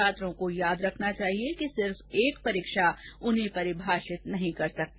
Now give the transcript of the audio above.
छात्रों को याद रखना चाहिए कि सिर्फ एक परीक्षा उन्हें परिभाषित नहीं कर सकती